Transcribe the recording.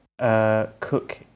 Cook